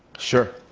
sure.